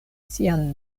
sian